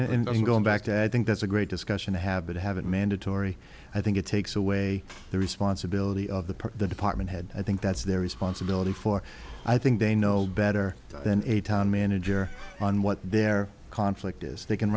mean going back to i think that's a great discussion to have that have it mandatory i think it takes away the responsibility of the department head i think that's their responsibility for i think they know better than a town manager on what their conflict is they can